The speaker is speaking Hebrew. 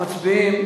מצביעים.